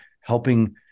helping